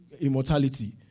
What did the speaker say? immortality